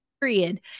period